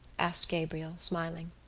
asked gabriel, smiling.